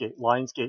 Lionsgate